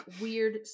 weird